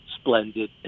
splendid